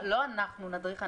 לא אנחנו נדריך.